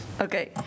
Okay